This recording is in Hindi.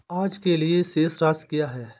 आज के लिए शेष राशि क्या है?